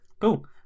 Cool